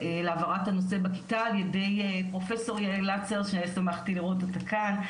להעברת הנושא בכיתה על ידי פרופ' יעל לצר ששמחתי לראות אותה כאן,